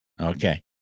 Okay